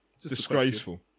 Disgraceful